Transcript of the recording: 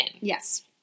Yes